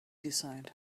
decide